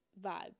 vibe